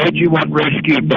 and you want rescue,